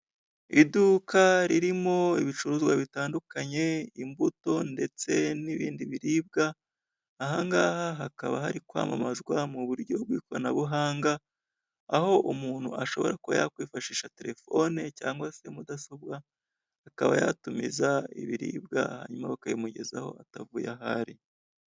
Iduka ririmo ibicuruzwa bitandukanye, imbuto ndetse n'ibindi biribwa, aha ngaha hakaba hari kwamamazwa mu buryo bw'ikoranabuhanga, aho umuntu ashobora kuba yakwifashisha telefone cyangwa se mudasobwa akaba yatumiza ibiribwa hanyuma bakabimugezaho atavuye aho ari.